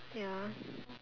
ya